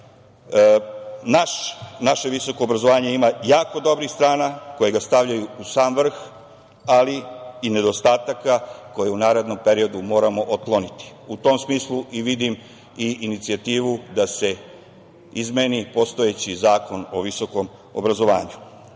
Naše visoko obrazovanje ima jako dobrih strana koji ga stavljaju u sam vrh, ali i nedostataka koje u narednom periodu moramo otkloniti. U tom smislu i vidim inicijativu da se izmeni postojeći Zakon o visokom obrazovanju. Naši